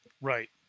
Right